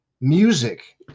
Music